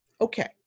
Okay